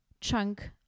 chunk